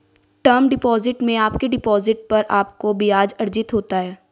term deposit में आपके deposit पर आपको ब्याज़ अर्जित होता है